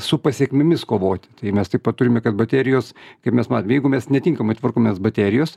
su pasekmėmis kovoti tai mes taip pat turime kad baterijos kaip mes matom jeigu mes netinkamai tvarkomės baterijos